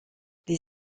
les